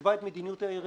שתקבע את מדיניות העירייה.